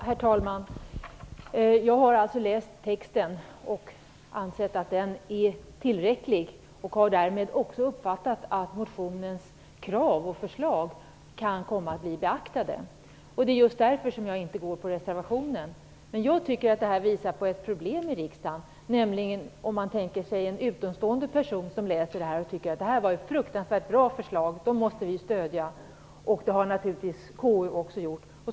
Herr talman! Jag har läst texten och ansett att den är tillräcklig. Jag har därmed också uppfattat att motionens krav och förslag kan komma att bli beaktade. Det är just därför som jag inte går på reservationen. Jag tycker att detta visar på ett problem i riksdagen. Tänk er en utomstående som läser texten och som tycker att det är ett fruktansvärt bra förslag som måste stödjas, vilket KU också gjort.